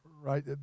right